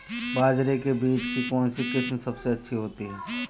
बाजरे के बीज की कौनसी किस्म सबसे अच्छी होती है?